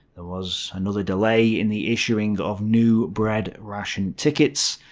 there was another delay in the issuing of new bread-ration tickets,